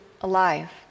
alive